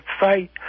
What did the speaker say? site